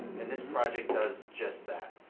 and this project does just that.